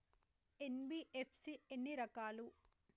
NBFC ఎన్ని రకాలు?